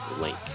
link